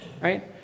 right